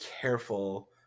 careful